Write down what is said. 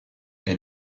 elle